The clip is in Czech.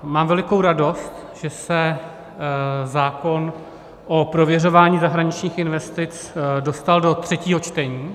Mám velikou radost, že se zákon o prověřování zahraničních investic dostal do třetího čtení.